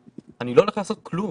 אני לא הולך לעשות כלום,